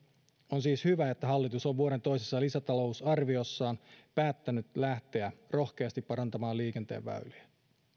on siis hyvä että hallitus on vuoden toisessa lisätalousarviossa päättänyt lähteä rohkeasti parantamaan liikenteen väyliä